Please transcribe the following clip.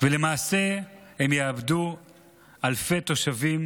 ולמעשה יאבדו אלפי תושבים